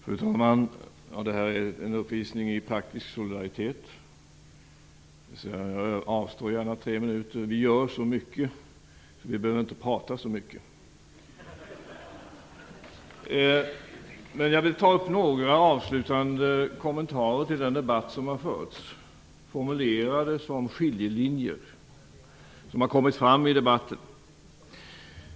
Fru talman! Det här är en uppvisning i praktisk solidaritet. Jag avstår gärna från mina sista tre minuter - vi gör så mycket att vi inte behöver prata så mycket. Jag vill dock göra några avslutande kommentarer till den debatt som har förts, formulerade som skiljelinjer som har kommit fram i debatten.